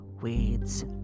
weeds